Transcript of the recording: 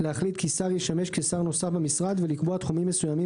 להחליט כי שר ישמש כשר נוסף במשרד ולקבוע תחומים מסוימים